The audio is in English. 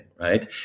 Right